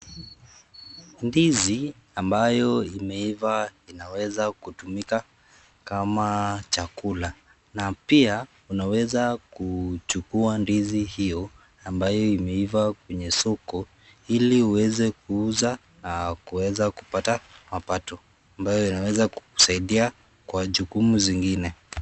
Ndizi ambayo imeiva inaweza kutumika kama chakula na pia unaweza kuchuka ndizi hio ambayo imeiva kwenye soko ili uweze kuuza na kuweza kupata mapato ambayo yanaweza kukusaidia kwa jukumu zingine.